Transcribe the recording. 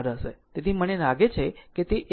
તેથી મને લાગે છે કે તે 1